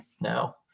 now